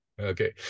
Okay